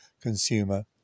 Consumer